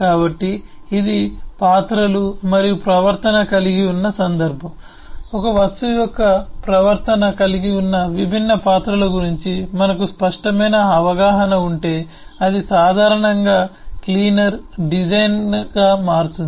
కాబట్టి ఇది పాత్రలు మరియు ప్రవర్తన కలిగి ఉన్న సందర్భం ఒక వస్తువు యొక్క ప్రవర్తన కలిగి ఉన్న విభిన్న పాత్రల గురించి మనకు స్పష్టమైన అవగాహన ఉంటే అది సాధారణంగా క్లీనర్ డిజైన్గా మారుతుంది